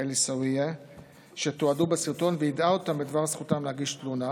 עיסאוויה שתועדו בסרטון ויידעה אותם בדבר זכותם להגיש תלונה.